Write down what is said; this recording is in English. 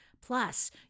Plus